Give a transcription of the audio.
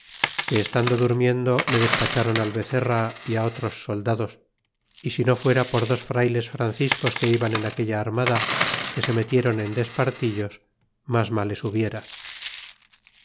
que estando durmiendo le despacharon al bezerra y á otros soldados y si no fuera por dos frayles franciscos que iban en aquella armada que se metieron en despartillos mas males hubiera